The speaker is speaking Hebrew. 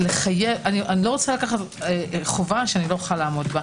אני לא רוצה לקחת חובה שאיני יכולה לעמוד בה,